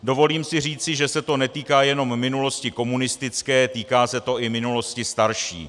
Dovolím si říci, že se to netýká jenom minulosti komunistické, týká se to i minulosti starší.